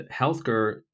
healthcare